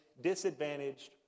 disadvantaged